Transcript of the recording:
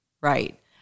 Right